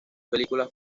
películas